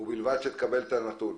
ובלבד שתקבלו את הנתונים.